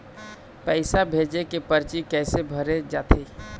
पैसा भेजे के परची कैसे भरे जाथे?